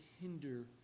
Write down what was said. hinder